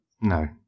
No